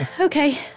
Okay